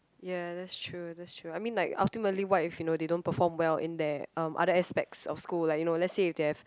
ya that's true that's true I mean like ultimately what if you know they don't perform well in their um other aspects of school like you know let's say if they have